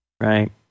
Right